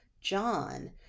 John